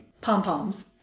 pom-poms